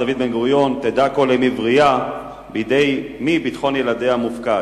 דוד בן-גוריון: תדע כל אם עברייה בידי מי ביטחון ילדיה מופקד.